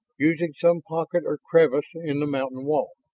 using some pocket or crevice in the mountain wall.